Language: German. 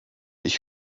ich